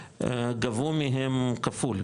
גבו מהם כפול,